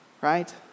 right